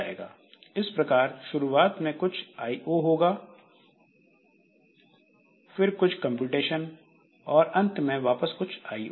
इस प्रकार शुरुआत में कुछ आईओ होगा फिर कुछ कंप्यूटेशन और अंत में वापस कुछ आईओ